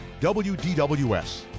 WDWS